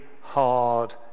hard